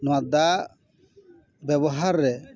ᱱᱚᱣᱟ ᱫᱟᱜ ᱵᱮᱵᱚᱦᱟᱨ ᱨᱮ